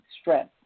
stress